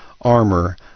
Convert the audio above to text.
armor